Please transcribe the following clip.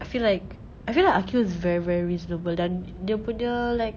I feel like I feel like aqil is very very reasonable dan dia punya like